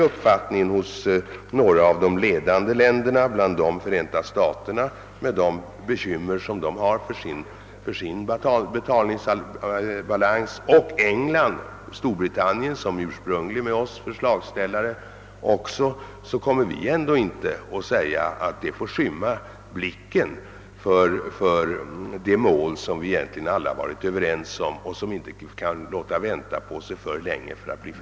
Även om' några av de ledande länderna bland dem Förenta staterna, som har svårigheter med sin betalningsbalans, och Storbritannien, som tillsammans med Sverige var förslagsställare — har en annan uppfattning beträffande den rätta tidpunkten, kommer vi ändå att säga att detta inte får skymma blicken för det mål som alla varit överens om och vars uppnående inte kan fördröjas hur länge som helst.